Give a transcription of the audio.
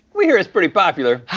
we hear it's pretty popular. ah,